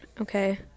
okay